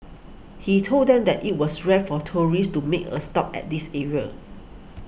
he told them that it was rare for tourists to make a stop at this area